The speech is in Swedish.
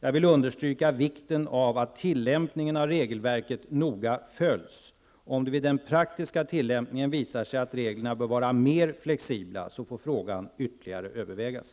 Jag vill understryka vikten av att tillämpningen av regelverket noga följs. Om det vid den praktiska tillämpningen visar sig att reglerna bör vara mer flexibla, får frågan ytterligare övervägas.